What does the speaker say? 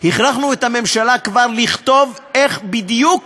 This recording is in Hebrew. הכרחנו את הממשלה לכתוב איך בדיוק